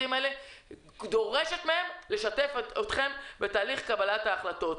אני דורשת מכל חמשת המשרדים האלה לשתף אתכם בתהליך קבלת ההחלטות.